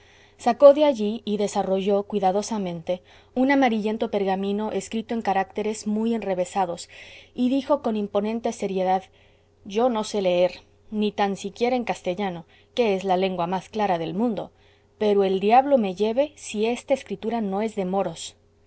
sacó de allí y desarrolló cuidadosamente un amarillento pergamino escrito en caracteres muy enrevesados y dijo con imponente seriedad yo no sé leer ni tan siquiera en castellano que es lalengua más clara del mundo pero el diablo me lleve si esta escritura no es de moros